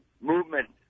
movement